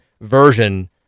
version